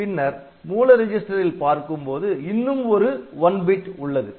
பின்னர் மூல ரிஜிஸ்டரில் பார்க்கும்போது இன்னும் ஒரு "ONE" பிட் உள்ளது